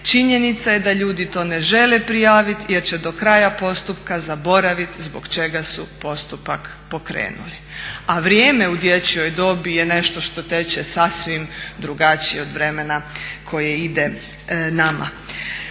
Činjenica je da ljudi to ne žele prijaviti jer će do kraja postupka zaboravit zbog čega su postupak pokrenuli, a vrijeme u dječjoj dobi je nešto što teče sasvim drugačije od vremena koje ide nama.